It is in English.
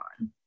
on